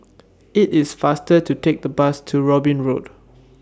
IT IS faster to Take The Bus to Robin Road